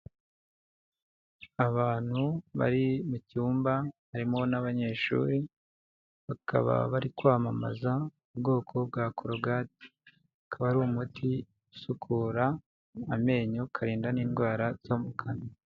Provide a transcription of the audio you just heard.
Abantu bari mucyumba harimo n'abanyeshuri, bakaba bari kwamamaza ubwoko bwa korogate. Akaba ari umuti usukura amenyo, ukarinda n'indwara zo mu kanwa.